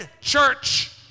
church